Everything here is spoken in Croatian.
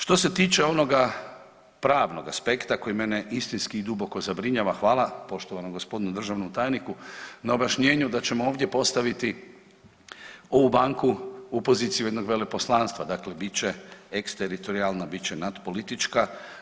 Što se tiče onoga pravnog aspekta koji mene istinski i duboko zabrinjava, hvala poštovanom g. državnom tajniku na objašnjenju da ćemo ovdje postaviti ovu banku u poziciju jednog veleposlanstva, dakle bit će eksteritorijalna, bit će nadpolitička.